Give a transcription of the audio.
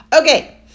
Okay